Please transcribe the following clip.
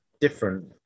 different